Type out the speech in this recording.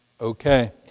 okay